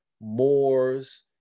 Moors